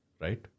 Right